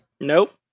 Nope